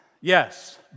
Yes